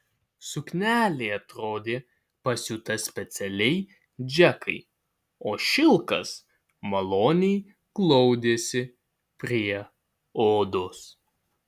suknelė atrodė pasiūta specialiai džekai o šilkas maloniai glaudėsi prie odos